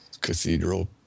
cathedral